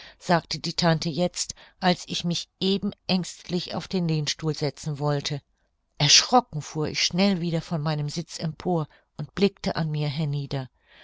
sagte die tante jetzt als ich mich eben ängstlich auf den lehnstuhl setzen wollte erschrocken fuhr ich schnell wieder von meinem sitz empor und blickte an mir hernieder